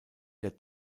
der